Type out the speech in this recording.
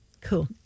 Cool